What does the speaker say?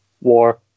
War